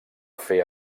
fer